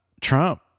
Trump